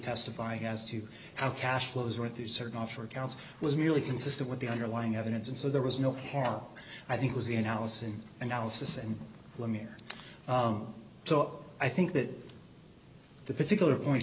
testifying as to how cash flows went through certain offshore accounts was merely consistent with the underlying evidence and so there was no harm i think was the analysis and analysis and let me hear so i think that the particular point